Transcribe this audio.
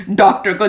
doctor